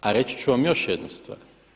A reći ću vam još jednu stvar.